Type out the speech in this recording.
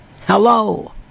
Hello